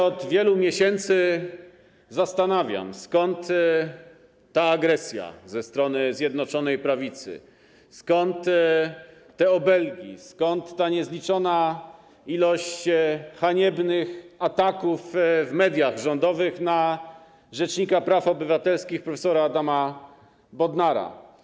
Od wielu miesięcy zastanawiam się, skąd ta agresja ze strony Zjednoczonej Prawicy, skąd te obelgi, skąd ta niezliczona ilość haniebnych ataków w mediach rządowych na rzecznika praw obywatelskich prof. Adama Bodnara.